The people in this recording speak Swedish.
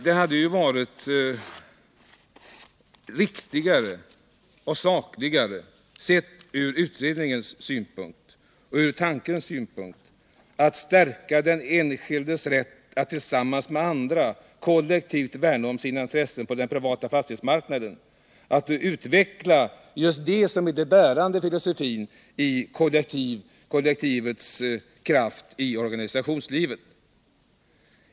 Det hade varit riktigare och sakligare att argumentera för att stärka den enskilde genom att tillsammans med andra kollektivt värna om gemensamma intressen, att utveckla just det som är den bärande filosofin i kollektivets kraft i organisationslivet.